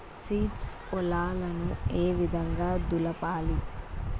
Seeds పొలాలను ఏ విధంగా దులపాలి?